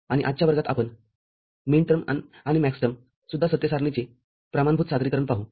आणि आजच्या वर्गातआपण मिनटर्म आणि मॅक्सटर्म सुद्धा सत्य सारणीचे प्रमाणभूत सादरीकरण पाहू